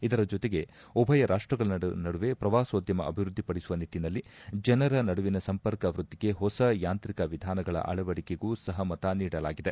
ಇದರ ಜತೆಗೆ ಉಭಯ ರಾಷ್ಟಗಳ ನಡುವೆ ಪ್ರವಾಸೋದ್ದಮ ಅಭಿವೃದ್ದಿಪಡಿಸುವ ನಿಟ್ಟನಲ್ಲಿ ಜನರ ನಡುವಿನ ಸಂಪರ್ಕ ವೃದ್ದಿಗೆ ಹೊಸ ಯಾಂತ್ರಿಕ ವಿಧಾನಗಳ ಅಳವಡಿಕೆಗೂ ಸಹಮತ ನೀಡಲಾಗಿದೆ